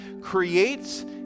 creates